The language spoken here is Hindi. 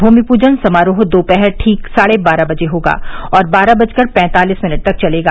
भूमि पूजन समारोह दोपहर ठीक साढ़े बारह बजे होगा और बारह बजकर पैंतालीस मिनट तक चलेगा